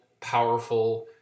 powerful